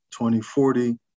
2040